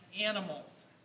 animals